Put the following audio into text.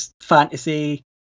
fantasy